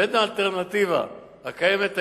בין האלטרנטיבות הקיימות היום,